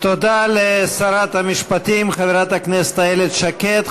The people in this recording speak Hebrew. תודה לשרת המשפטים חברת הכנסת איילת שקד.